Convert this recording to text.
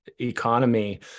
economy